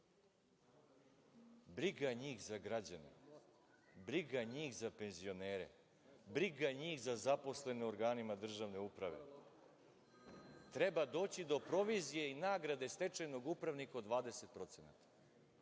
Briga njih za građane. Briga njih za penzionere. Briga njih za zaposlene u organima državne uprave. Treba doći do provizije i nagrade stečajnog upravnika od 20%,